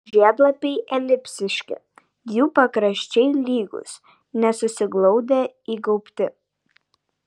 žiedlapiai elipsiški jų pakraščiai lygūs nesusiglaudę įgaubti